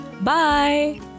bye